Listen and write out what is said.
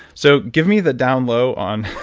so give me the down low on